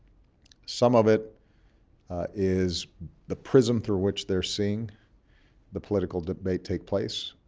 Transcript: some of it is the prism through which they're seeing the political debate take place.